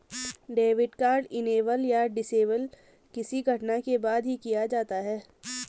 debit card enable या disable किसी घटना के बाद ही किया जा सकता है